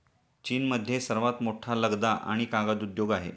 चीनमध्ये सर्वात मोठा लगदा आणि कागद उद्योग आहे